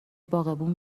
باغبون